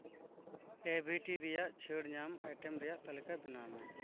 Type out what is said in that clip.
ᱮ B T ᱨᱮᱭᱟᱜ ᱪᱷᱟᱹᱲ ᱧᱟᱢ ᱟᱭᱴᱮᱢ ᱨᱮᱭᱟᱜ ᱛᱟᱹᱞᱤᱠᱟ ᱵᱮᱱᱟᱣ ᱢᱮ